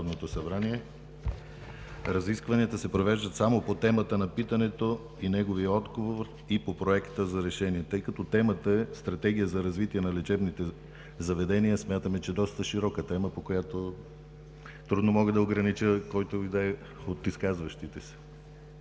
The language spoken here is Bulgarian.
„Разискванията се провеждат само по темата на питането и неговия отговор и по Проекта за решение“. Тъй като темата е „Стратегия за развитие на лечебните заведения, смятаме, че тя е доста широка, по която трудно мога да огранича който и да е от изказващите се.